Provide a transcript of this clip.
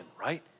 right